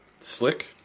slick